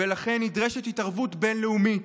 ולכן נדרשת התערבות בין-לאומית.